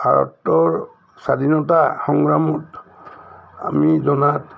ভাৰতৰ স্বাধীনতা সংগ্ৰামত আমি জনাত